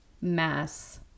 mass